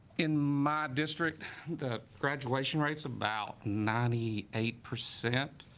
in my district the graduation rates about ninety eight percent